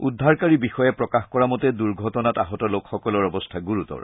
উদ্ধাৰকাৰী বিষয়াই প্ৰকাশ কৰা মতে দুৰ্ঘটনাত আহত লোকসকলৰ অৱস্থা গুৰুতৰ